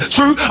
True